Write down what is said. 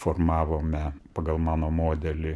formavome pagal mano modelį